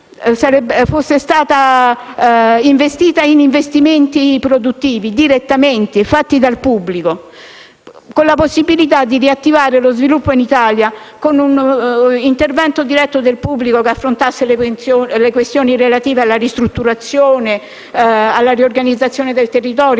fosse stata impiegata in investimenti produttivi diretti, fatti dal pubblico, con la possibilità di riattivare lo sviluppo in Italia con un intervento diretto del pubblico che affrontasse le questioni relative alla ristrutturazione, alla riorganizzazione e alla cura